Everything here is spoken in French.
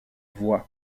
voie